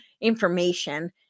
information